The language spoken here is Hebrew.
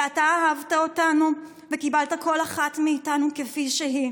ואתה אהבת אותנו וקיבלת כל אחת מאיתנו כפי שהיא,